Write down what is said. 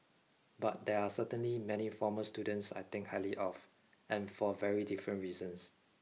but there are certainly many former students I think highly of and for very different reasons